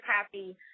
happy